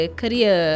career